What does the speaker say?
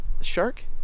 shark